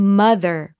mother